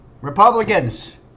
Republicans